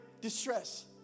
distress